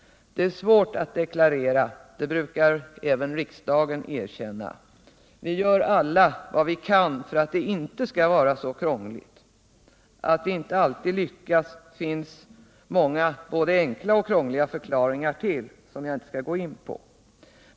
Det är svårt att deklarera — det brukar även riksdagen erkänna. Vi gör alla vad vi kan för att det inte skall vara så krångligt. Att vi inte alltid lyckas finns det många, både enkla och krångliga, förklaringar till, som jag inte skall gå in på.